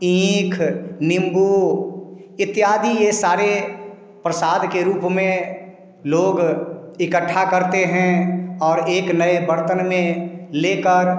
ईख नींबू इत्यादि ये सारे प्रसाद के रूप में लोग इक्कठा करते हैं और एक नए बर्तन में लेकर